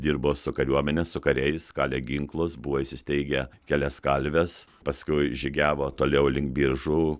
dirbo su kariuomene su kariais kalė ginklus buvo įsisteigę kelias kalves paskiau žygiavo toliau link biržų